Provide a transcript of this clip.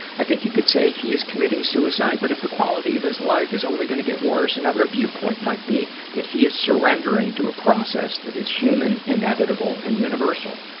i think you can say he is committing suicide, but if the quality of his life is only going to get worse, another viewpoint might be that he is surrendering to a process that is human, inevitable, and universal.